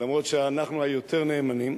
למרות שאנחנו היותר-נאמנים.